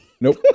Nope